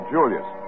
Julius